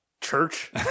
church